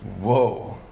Whoa